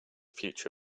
future